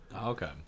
Okay